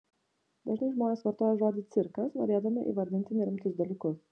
dažnai žmonės vartoja žodį cirkas norėdami įvardyti nerimtus dalykus